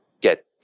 get